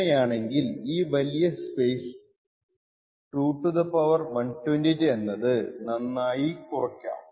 അങ്ങനെയാണെങ്കിൽ ഈ വലിയ പേസ് 2 പവർ 128 എന്നത് നന്നായി കുറക്കാം